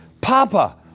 papa